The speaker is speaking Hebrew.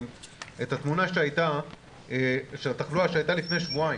את התמונה של התחלואה שהייתה לפני שבועיים,